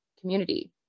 community